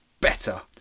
better